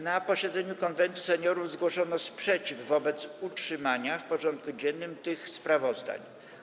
Na posiedzeniu Konwentu Seniorów zgłoszono sprzeciw wobec utrzymania w porządku dziennym tych sprawozdań.